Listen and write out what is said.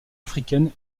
africaines